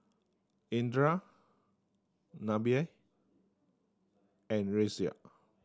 Indra Nabil and Raisya